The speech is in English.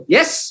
Yes